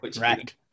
right